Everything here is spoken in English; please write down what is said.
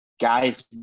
guys